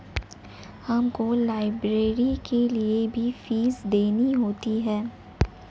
हमको लाइब्रेरी के लिए भी फीस देनी होती है